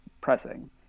pressing